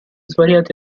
svariati